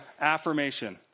affirmation